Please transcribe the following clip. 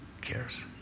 cares